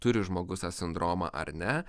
turi žmogus tą sindromą ar ne